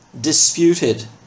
disputed